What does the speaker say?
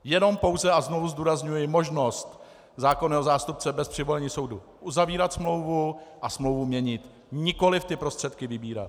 Jen pouze, a znovu zdůrazňuji, možnost zákonného zástupce bez přivolení soudu uzavírat smlouvu a smlouvu měnit, nikoli ty prostředky vybírat.